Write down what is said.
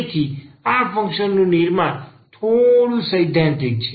તેથી આ ફંક્શન નું નિર્માણ થોડું સૈદ્ધાંતિક છે